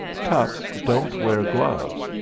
toughs don't wear gloves,